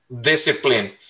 discipline